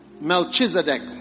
Melchizedek